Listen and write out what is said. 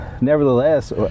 nevertheless